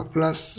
Plus